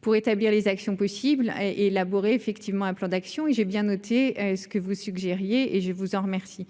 pour établir les actions possibles et effectivement un plan d'action et j'ai bien noté ce que vous suggériez et je vous en remercie